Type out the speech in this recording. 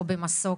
או במסוק,